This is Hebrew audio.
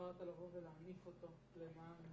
בחרת לבוא ולהניף אותו למען